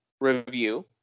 review